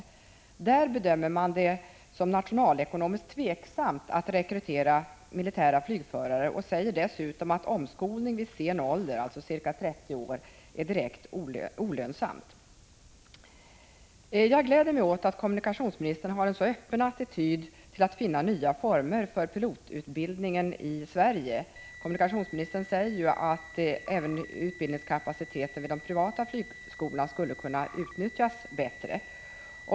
Inom Lufthansa bedömer man det som nationalekonomiskt tveksamt att rekrytera militära flygförare och säger dessutom att omskolning vid sen ålder, alltså ca 30 år, är direkt olönsamt. Jag gläder mig åt att kommunikationsministern har en så öppen attityd till att finna nya former för pilotutbildningen i Sverige. Kommunikationsministern säger ju att även utbildningskapaciteten vid de privata flygskolorna skulle kunna utnyttjas bättre.